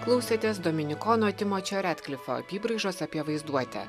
klausėtės dominikono timo čioretklifo apybraižos apie vaizduotę